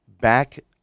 back